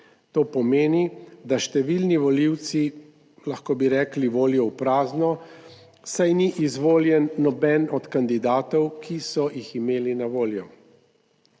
To pomeni, da številni volivci, lahko bi rekli volijo v prazno, saj ni izvoljen noben od kandidatov, ki so jih imeli na voljo.